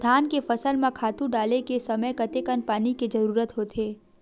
धान के फसल म खातु डाले के समय कतेकन पानी के जरूरत होथे?